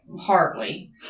hardly